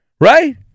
Right